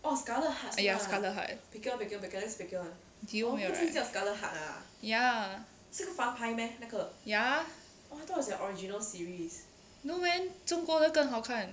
ya scarlet heart ya ya no man 中国的更好看